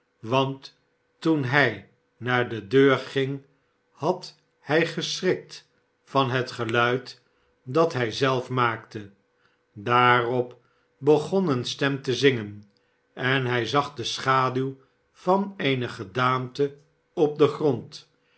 want toen hij naar de deur ging had hij geschnkt van het geluid dat hij zelf maakte daarop begon eene stem te zmgen en hij zag de schaduw van eene gedaante op den grond